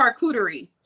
Charcuterie